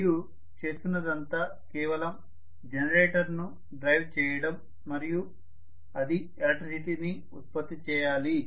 మీరు చేస్తున్నదంతా కేవలం జనరేటర్ను డ్రైవ్ చేయడం మరియు అది ఎలక్ట్రిసిటీని ఉత్పత్తి చేయాలి